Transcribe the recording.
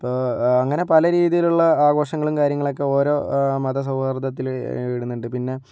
ഇപ്പോൾ അങ്ങനെ പലരീതിയിലുള്ള ആഘോഷങ്ങളും കാര്യങ്ങളൊക്ക ഓരോ മതസൗഹാർദ്ദത്തില് ഇടുന്നുണ്ട് പിന്നെ